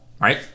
Right